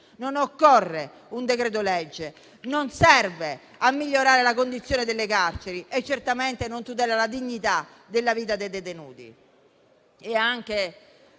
non occorre un decreto-legge, che non serve a migliorare la condizione delle carceri e certamente non tutela la dignità della vita dei detenuti.